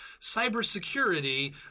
cybersecurity